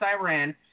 Iran